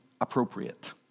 appropriate